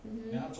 um hmm